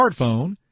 smartphone